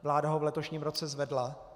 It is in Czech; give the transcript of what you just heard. Vláda ho v letošním roce zvedla.